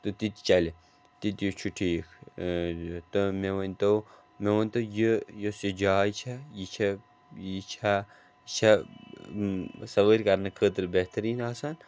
تہٕ تِتہٕ چَلہِ تِتہٕ چھُ ٹھیٖک تہٕ مےٚ ؤنۍتَو مےٚ ؤنۍتَو یہِ یُس یہِ جاے چھےٚ یہِ چھِ یہِ چھا یہِ چھا سوٲرۍ کرنہٕ خٲطرِٕ بہتریٖن آسان